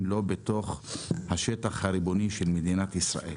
לא בתוך השטח הריבוני של מדינת ישראל.